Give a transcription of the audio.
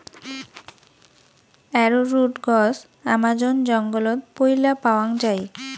arrowroot গছ Amazon জঙ্গলত পৈলা পাওয়াং যাই